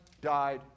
died